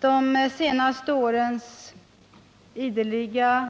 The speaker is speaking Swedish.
De senaste årens ideliga